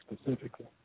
specifically